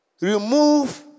Remove